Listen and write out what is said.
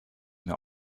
mehr